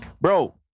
Bro